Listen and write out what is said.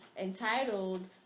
entitled